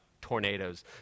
tornadoes